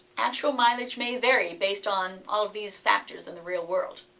actual mileage may vary, based on all of these factors in the real world.